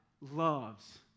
loves